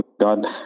God